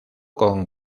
con